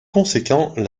conséquent